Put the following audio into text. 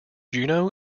juneau